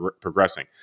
progressing